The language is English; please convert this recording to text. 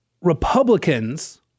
Republicans